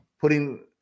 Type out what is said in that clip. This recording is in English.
putting